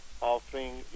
offering